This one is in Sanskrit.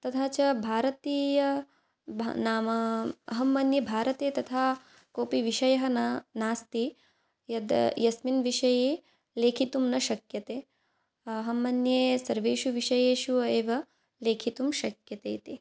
तथा च भारतीय नाम अहं मन्ये भारते तथा कोऽपि विषयः न नास्ति यद् यस्मिन् विषये लेखितुं न शक्यते अहं मन्ये सर्वेषु विषयेषु एव लेखितुं शक्यते इति